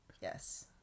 Yes